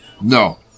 No